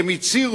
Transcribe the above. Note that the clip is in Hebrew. אז הם הצהירו,